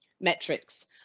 metrics